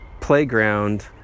playground